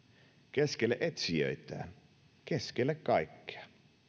keskelle etsijöitään keskelle kaikkea